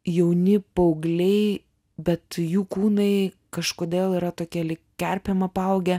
jauni paaugliai bet jų kūnai kažkodėl yra tokie lyg kerpėm apaugę